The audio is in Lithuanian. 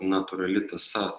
natūrali tąsa